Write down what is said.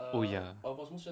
oh ya